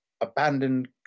abandoned